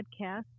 podcast